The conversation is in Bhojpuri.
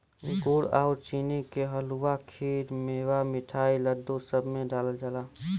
गुड़ आउर चीनी के हलुआ, खीर, मेवा, मिठाई, लड्डू, सब में डालल जाला